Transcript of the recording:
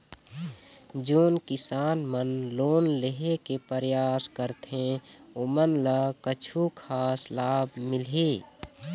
जोन किसान मन लोन लेहे के परयास करथें ओमन ला कछु खास लाभ मिलही?